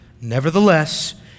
nevertheless